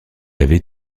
avait